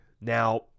Now